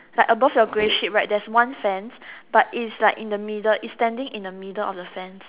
like above your grey sheet right there's one sand but is like in the middle is standing in the middle of the sands